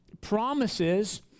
promises